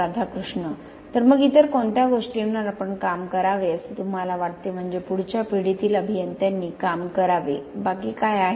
राधाकृष्ण तर मग इतर कोणत्या गोष्टींवर आपण काम करावे असे तुम्हाला वाटते म्हणजे पुढच्या पिढीतील अभियंत्यांनी काम करावे बाकी काय आहे